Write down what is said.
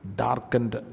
darkened